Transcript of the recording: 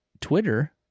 Twitter